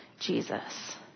Jesus